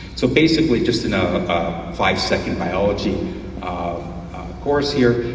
so basically just and um a five second biology course here,